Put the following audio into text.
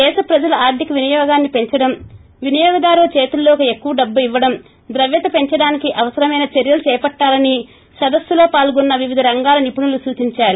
దేశ ప్రజల ఆర్గిక వినియోగాన్పీ పెంచడం వినియోగదారుల చేతుల్లోకి ఎక్కువ డబ్బు ఇవ్వడం ద్రవ్యత పెంచడానికి అవసరమైన చర్యలు చేపట్టాలని సదస్సులో పాల్గొన్న వివిధ రంగాల నిపుణులు సూచించారు